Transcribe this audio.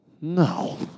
No